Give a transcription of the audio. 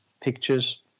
pictures